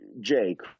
Jake